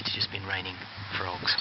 just been raining